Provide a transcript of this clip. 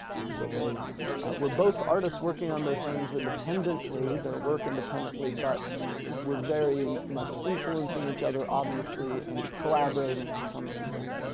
and so they were both artists working on their things independently, their work independently, but were very much influencing each other, obviously, and collaborating to some extent.